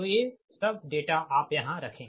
तो ये सब डेटा आप यहाँ रखें